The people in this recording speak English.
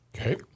Okay